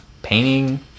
painting